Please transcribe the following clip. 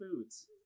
Foods